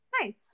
Nice